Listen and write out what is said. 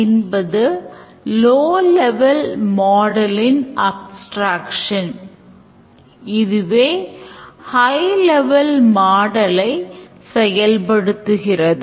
System withdraw amount ஐக் கேட்கிறது withdraw amount திரும்பப் பெறும் தொகை legal ஆ என system சரிபார்த்து பணத்தை விநியோகிக்கிறது